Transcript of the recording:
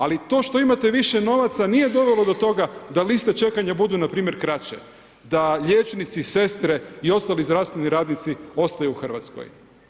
Ali to što imate više novaca nije dovelo do toga da liste čekanja budu npr. kraće, da liječnici, sestre i ostali zdravstveni radnici ostaju u Hrvatskoj.